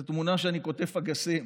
ומצאתי תמונה אחת שאני קוטף אגסים.